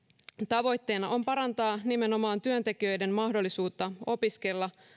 tavoitteena on parantaa nimenomaan työntekijöiden mahdollisuutta opiskella